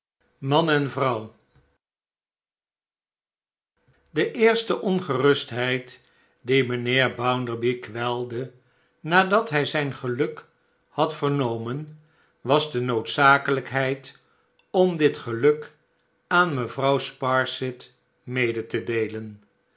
man en vrobw de eerste ongerustheid die mijnheer bounderby kwelde nadat hij zijn geliik had vernomen was de noodzakelijkheid om dit geluk aan mevrouw sparsit mede te deelen